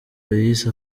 yise